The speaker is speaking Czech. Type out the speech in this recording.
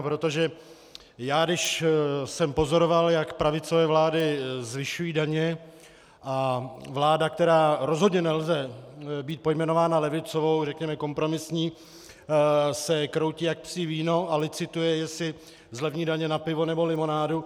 Protože já když jsem pozoroval, jak pravicové vlády zvyšují daně, a vláda, která rozhodně nelze být pojmenovaná levicovou, řekněme kompromisní, se kroutí jak psí víno a licituje, jestli zlevní daně na pivo nebo limonádu...